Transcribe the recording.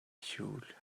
should